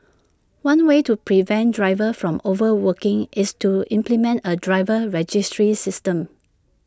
one way to prevent drivers from overworking is to implement A driver registry system